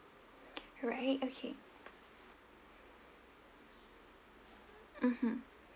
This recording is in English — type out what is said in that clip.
alright okay mmhmm